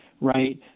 right